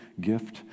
gift